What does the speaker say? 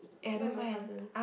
me and my cousin